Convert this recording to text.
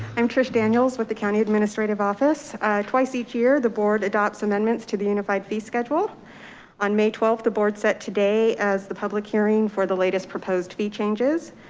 i'm trish daniels with the county administrative office twice each year. the board adopts amendments to the unified fee schedule on may twelfth. the board set today as the public hearing for the latest proposed fee changes,